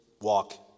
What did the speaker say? walk